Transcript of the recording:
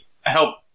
help